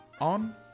on